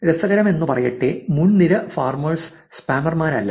രസകരമെന്നു പറയട്ടെ മുൻനിര ഫാർമേഴ്സ് സ്പാമർമാരല്ല